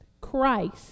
Christ